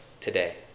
today